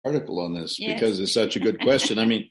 ‫תודה רבה על זה, ‫כי זו שאלה טובה, אני מתכוון